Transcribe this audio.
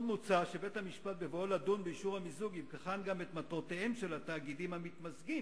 ראשית כול מוצע על-פי החוק שהמיזוג ייעשה באישורו של בית-המשפט המחוזי.